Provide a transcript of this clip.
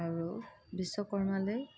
আৰু বিশ্বকৰ্মাকে